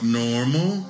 normal